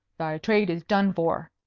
thy trade is done for,